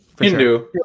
Hindu